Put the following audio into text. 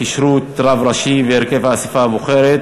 כשירות רב ראשי והרכב האספה הבוחרת),